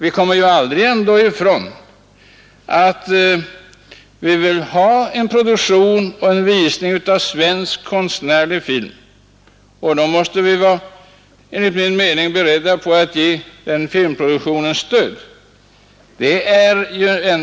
Vi kommer inte ifrån att om vi vill ha en produktion och en visning av svensk konstnärlig film, då måste vi också enligt min mening vara beredda på att ge den filmproduktionen stöd.